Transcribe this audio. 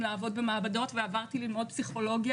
לעבוד במעבדות ועברתי ללמוד פסיכולוגיה